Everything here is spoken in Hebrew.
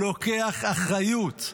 לוקח אחריות.